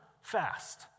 fast